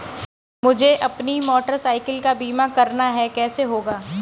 मुझे अपनी motorcycle का बीमा करना है कैसे होगा?